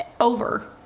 over